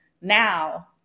now